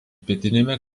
pietiniame